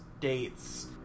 dates